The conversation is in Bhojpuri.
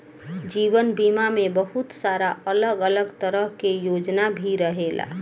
जीवन बीमा में बहुत सारा अलग अलग तरह के योजना भी रहेला